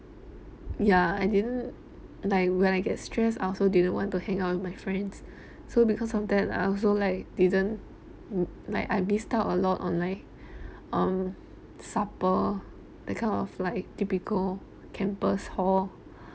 ya I didn't like when I get stressed I also didn't want to hang out with my friends so because sometimes I also like didn't like I missed out a lot on like um supper that kind of like typical campus hall